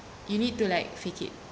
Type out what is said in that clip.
you need to like fake it